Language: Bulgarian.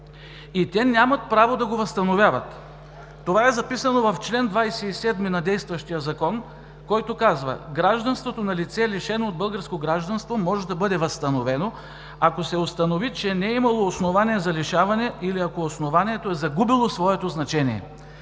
да не са? БОРИС ВАНГЕЛОВ: Това е записано в чл. 27 на действащия закон, който казва: „Гражданството на лице, лишено от българско гражданство, може да бъде възстановено, ако се установи, че не е имало основание за лишаване или ако основанието е загубило своето значение“.